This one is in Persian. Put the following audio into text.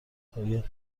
های